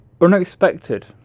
Unexpected